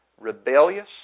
rebellious